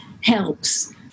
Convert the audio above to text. helps